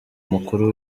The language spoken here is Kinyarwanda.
mukuru